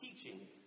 teaching